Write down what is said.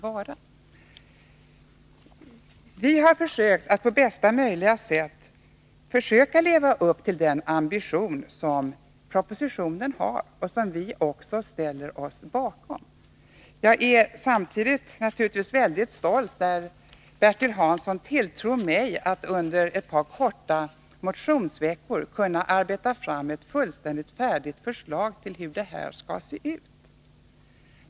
Vi har försökt att på bästa sätt leva upp till den bevarandeambition som propositionen har och som vi ställer oss bakom. Jag är stolt över att Bertil Hansson tilltror mig att under ett par korta motionsveckor kunna arbeta fram ett färdigt förslag till hur ett lagförslag skall se ut.